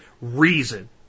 reason